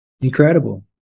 Incredible